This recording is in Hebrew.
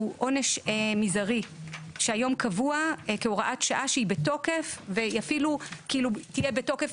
עונש מזערי שהיום קבוע כהוראת שעה שהיא בתוקף והיא אפילו תהיה בתוקף